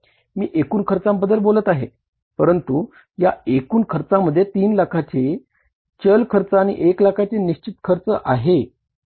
मी एकूण खर्चाबद्दल बोलत आहे परंतु या एकुण खर्चामध्ये 3 लाखाचे चल खर्च आणि 1 लाखाचे निशचित खर्च आहे